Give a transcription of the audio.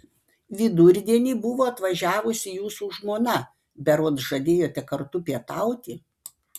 vidurdienį buvo atvažiavusi jūsų žmona berods žadėjote kartu pietauti